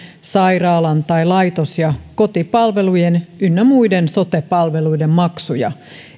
sairaalan tai laitos ja kotipalveluiden ynnä muiden sote palveluiden maksuja